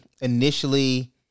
initially